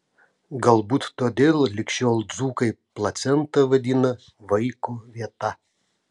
galbūt todėl lig šiol dzūkai placentą vadina vaiko vieta